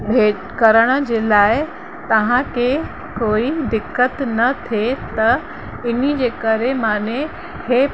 इहे करण जे लाइ तव्हांखे कोई दिक़त न थिए त हिनजे करे माने इहे